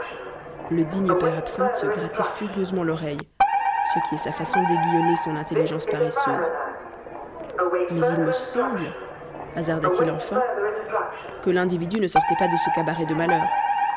le digne père absinthe se grattait furieusement l'oreille ce qui est sa façon d'aiguillonner son intelligence paresseuse mais il me semble hasarda t il enfin que l'individu ne sortait pas de ce cabaret de malheur